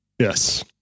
Yes